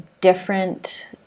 different